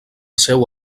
seu